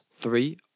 three